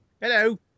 Hello